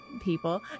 people